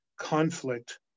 conflict